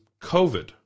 covid